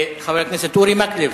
חבר הכנסת אורי מקלב.